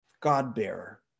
God-bearer